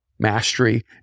mastery